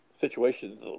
situations